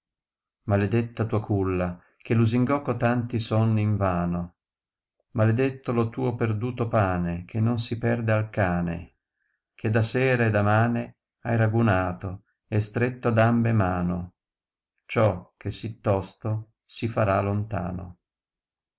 maledetta tua calla che lasiogò cotanti sonni invano maledetto lo tuo perduto pane che non si perde al cane che da sera e da mane hai ragunato e stretto ad ambe mano ciò che sì tosto si farà lontano